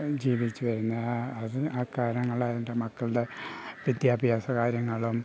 ജീവിച്ചുവരുന്നത് ആ അത് കാരണങ്ങളാൽ എൻ്റെ മക്കളുടെ വിദ്യാഭ്യാസ കാര്യങ്ങളും